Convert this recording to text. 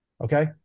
okay